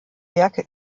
werke